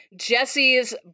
Jesse's